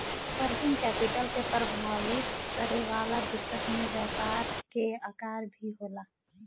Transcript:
working capital के प्रभावित करे वाला दिकत में व्यापार के आकर भी होला